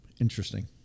Interesting